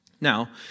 Now